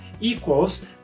equals